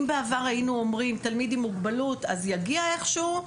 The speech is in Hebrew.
אם בעבר היינו אומרים תלמיד עם מוגבלות אז יגיע איכשהו,